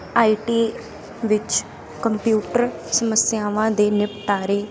ਆਈ T ਵਿੱਚ computer ਸਮੱਸਿਆਵਾਂ ਦੇ ਨਿਪਟਾਰੇ